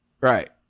Right